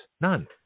None